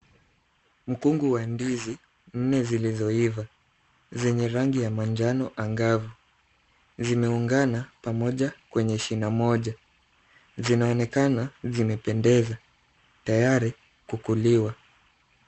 Mkungu wa ndizi nne zilizoiva zenye rangi ya manjano angavu ,zimeungana pamoja kwenye shina moja. Zinaonekana zimependeza tayari kukuliwa.